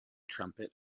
trumpet